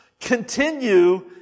continue